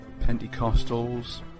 Pentecostals